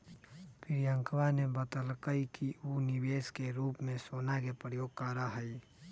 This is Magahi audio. प्रियंकवा ने बतल कई कि ऊ निवेश के रूप में सोना के प्रयोग करा हई